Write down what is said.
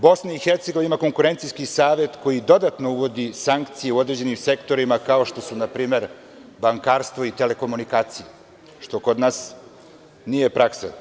Bosna i Hercegovina ima konkurencijski savet koji dodatno uvodi sankcije u određenim sektorima, kao što su npr. bankarstvo i telekomunikacije, što kod nas nije praksa.